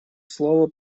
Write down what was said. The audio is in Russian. слово